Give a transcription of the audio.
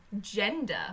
gender